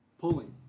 pulling